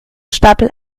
stapel